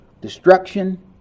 destruction